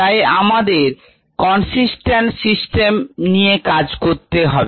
তাই আমাদের consistent system নিএ কাজ করতে হবে